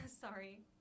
Sorry